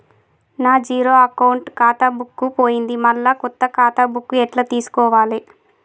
నా zero account ఖాతా book పోయింది మళ్ళా కొత్త ఖాతా బుక్కు ఎట్ల తీసుకోవాలే?